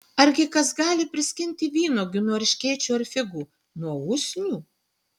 argi kas gali priskinti vynuogių nuo erškėčių ar figų nuo usnių